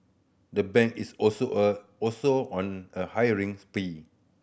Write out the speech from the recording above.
the bank is also a also on a hiring spree